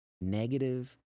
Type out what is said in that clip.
negative